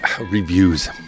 reviews